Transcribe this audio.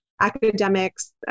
academics